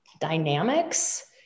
dynamics